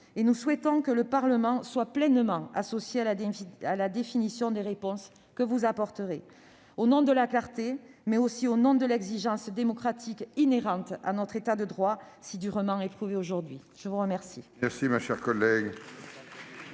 et nous souhaitons que le Parlement soit pleinement associé à la définition des réponses que vous apporterez, au nom de la clarté, mais aussi au nom de l'exigence démocratique inhérente à notre État de droit, si durement éprouvé aujourd'hui. La parole